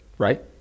Right